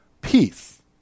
peace